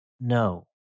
No